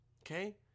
okay